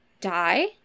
die